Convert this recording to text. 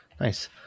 Nice